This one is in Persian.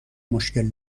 مشکل